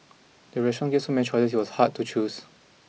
the restaurant gave so many choices that it was hard to choose